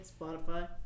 Spotify